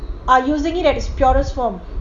are using it at its purest form